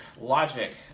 logic